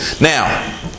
now